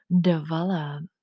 develop